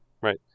Right